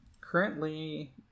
Currently